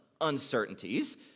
uncertainties